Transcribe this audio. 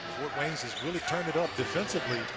fort wayne so has really turned it up defensively